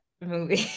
movie